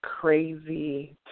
crazy